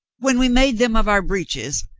when we made them of our breeches,